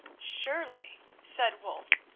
surely, said wulf,